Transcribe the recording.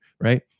right